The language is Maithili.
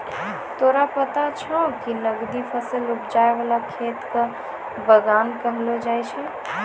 तोरा पता छौं कि नकदी फसल उपजाय वाला खेत कॅ बागान कहलो जाय छै